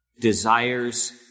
desires